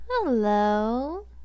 Hello